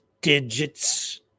Digits